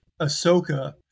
Ahsoka